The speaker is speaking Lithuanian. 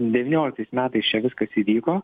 devynioliktais metais čia viskas įvyko